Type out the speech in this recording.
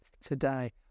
today